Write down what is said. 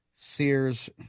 Sears